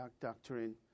doctrine